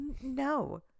no